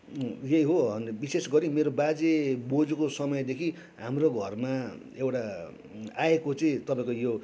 यही हो विशेष गरी मेरो बाजेबोजूको समयदेखि हाम्रो घरमा एउटा आएको चाहिँ तपाईँको यो